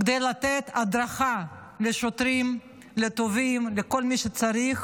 כדי לתת הדרכה לשוטרים, לתובעים, לכל מי שצריך,